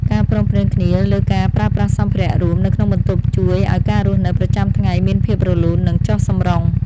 ការព្រមព្រៀងគ្នាលើការប្រើប្រាស់សម្ភារៈរួមនៅក្នុងបន្ទប់ជួយឱ្យការរស់នៅប្រចាំថ្ងៃមានភាពរលូននិងចុះសម្រុង។